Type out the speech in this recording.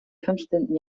fünfzehnten